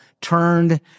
turned